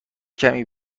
کمی